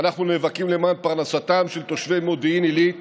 אנחנו נאבקים למען פרנסתם של תושבי מודיעין עילית